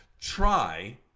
try